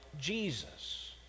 Jesus